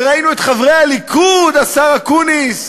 וראינו את חברי הליכוד, השר אקוניס,